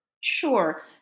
Sure